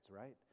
right